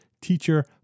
teacher